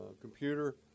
computer